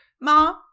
Mom